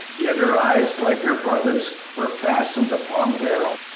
yet her eyes, like her brother's, were fastened upon darrell,